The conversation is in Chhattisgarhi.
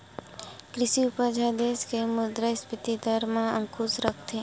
कृषि उपज ह देस के मुद्रास्फीति दर म अंकुस रखथे